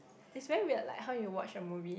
is very weird like how you watch a movie